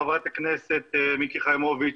ח"כ מיקי חיימוביץ,